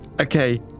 Okay